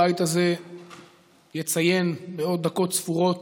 הבית הזה יציין בעוד דקות ספורות